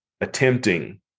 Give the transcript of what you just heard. attempting